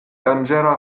danĝera